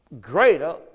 greater